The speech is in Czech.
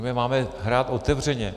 Máme hrát otevřeně.